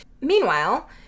Meanwhile